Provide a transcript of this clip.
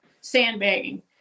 sandbagging